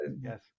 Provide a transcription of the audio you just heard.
yes